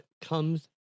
comes